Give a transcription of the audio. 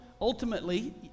ultimately